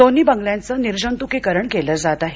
दोन्ही बंगल्यांच निर्जंतुकीकरण केलं जात आहे